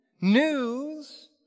News